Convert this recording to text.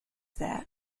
that